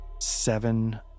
seven